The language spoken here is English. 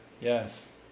yes